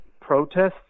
protests